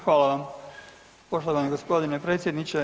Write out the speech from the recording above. Hvala vam poštovani g. predsjedniče.